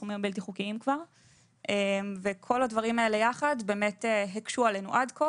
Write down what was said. כל הדברים האלה יחד הקשנו עלינו עד כה